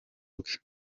bwe